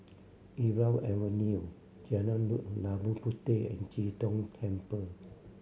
Irau Avenue Jalan Labu Puteh and Chee Tong Temple